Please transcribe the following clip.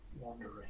wandering